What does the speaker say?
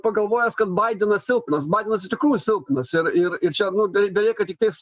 pagalvojęs kad baidenas silpnas baidenas iš tikrųjų silpnas ir ir ir čia nu belieka tiktais